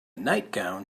nightgown